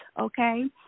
okay